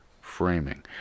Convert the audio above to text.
Framing